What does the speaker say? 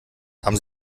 haben